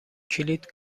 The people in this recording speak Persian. کلید